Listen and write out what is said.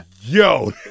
Yo